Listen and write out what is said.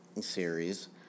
series